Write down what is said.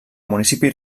municipi